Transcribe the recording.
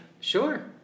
Sure